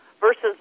versus